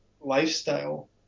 lifestyle